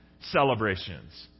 celebrations